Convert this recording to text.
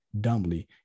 dumbly